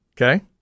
Okay